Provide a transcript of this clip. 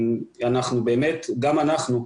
גם אנחנו,